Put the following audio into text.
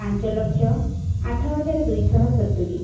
ପାଞ୍ଚଲକ୍ଷ ଆଠ ହଜାର ଦୁଇ ଶହ ସତୁରି